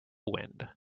wind